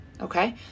okay